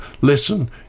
listen